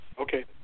Okay